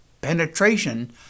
penetration